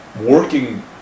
working